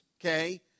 okay